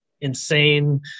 insane